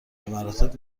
بمراتب